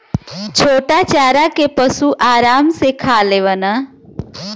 छोटा चारा के पशु आराम से खा लेवलन